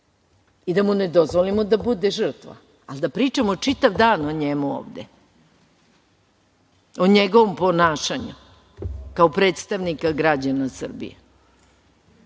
i da mu ne dozvolimo da bude žrtva. Ali da pričamo čitav dan o njemu ovde, o njegovom ponašanju kao predstavnika građana Srbije,